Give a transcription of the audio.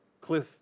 cliff